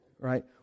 right